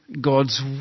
God's